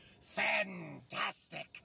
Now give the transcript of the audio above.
fantastic